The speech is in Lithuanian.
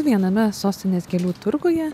viename sostinės gėlių turguje